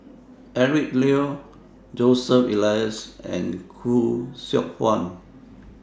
Eric Neo Joseph Elias and Khoo Seok Wan